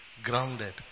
grounded